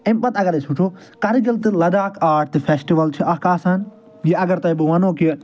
امہِ پتہِ اگر أسۍ وچھو کرگل تہٕ لداخ آرٹ فٮ۪سٹول چھُ اکھ آسان یہ اگر توہہ بہٕ ؤنو کہِ